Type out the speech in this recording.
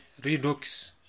redox